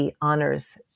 honors